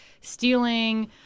stealing